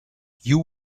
you